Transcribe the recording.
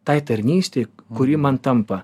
tai tarnystei kuri man tampa